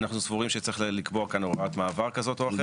אנחנו סבורים שצריך לקבוע כאן הוראת מעבר כזאת או אחרת.